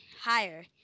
higher